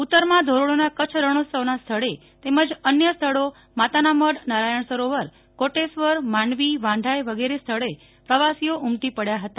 ઉત્તરમાં ધોરડોના કચ્છ રણોત્સવના સ્થળે તેમજ અન્ય સ્થળો માતાનામઢ નારાયણ સરોવર કોટેશ્વર માંડવી વાંઢાય વિગેરે સ્થળે પ્રવાસીઓ ઉમટી પડ્યા હતા